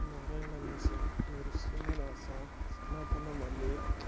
नारायणदासः नरसिंहदासः सनातनमल्लिकः